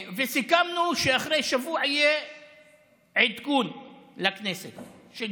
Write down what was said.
וסיכמנו שעוד שבוע יהיה לכנסת עדכון.